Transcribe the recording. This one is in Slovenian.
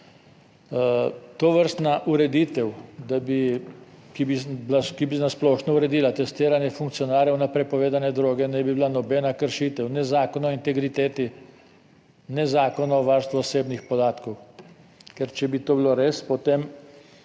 Tovrstna ureditev, da bi bila, ki bi na splošno uredila testiranje funkcionarjev na prepovedane droge, ne bi bila nobena kršitev, ne Zakona o integriteti, ne Zakona o varstvu osebnih podatkov, ker, če bi to bilo res, potem